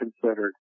considered